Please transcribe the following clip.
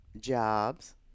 jobs